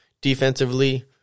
defensively